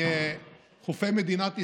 מחופי מדינת ישראל,